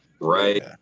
right